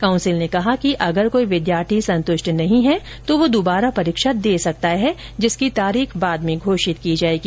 council ने कहा कि अगर कोई विद्यार्थी संतृष्ट नहीं है तो वह दुबारा परीक्षा दे सकता है जिसकी तारीख बाद में घोषित की जाएगी